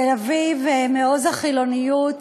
תל-אביב, מעוז החילוניות,